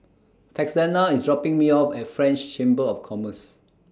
Texanna IS dropping Me off At French Chamber of Commerce